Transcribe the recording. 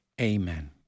Amen